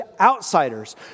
outsiders